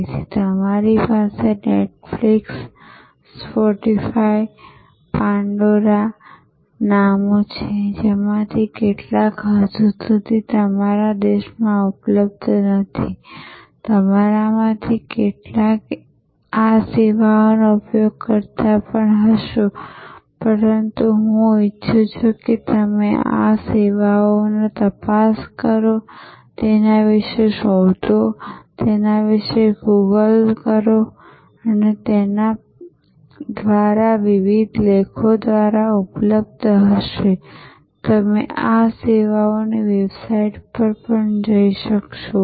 તેથી તમારી સામે Netflix Spotify Pandora નામો છે જેમાંથી કેટલાક હજુ સુધી તમારા દેશમાં ઉપલબ્ધ નથી તમારામાંથી કેટલાક આ સેવા નો ઉપયોગ કરતાં પણ હશો પરંતુ હું ઈચ્છું છું કે તમે આ સેવાઓમાં તપાસ કરો તેમના વિશે શોધો તેમના વિશે Google દ્વારા વાંચો તેમના વિવિધ લેખો દ્વારા ઉપલબ્ધ થશે અને તમે આ સેવાઓની વેબસાઇટ પર જઈ શકશો